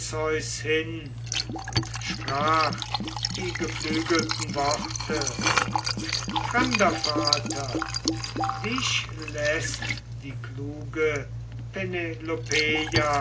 und sprach die geflügelten worte fremder vater dich läßt die kluge